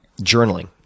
journaling